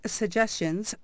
suggestions